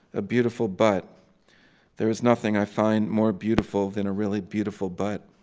a beautiful butt there is nothing i find more beautiful than a really beautiful butt.